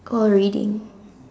call reading